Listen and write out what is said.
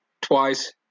twice